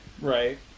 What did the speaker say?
Right